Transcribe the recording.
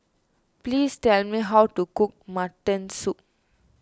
please tell me how to cook Mutton Soup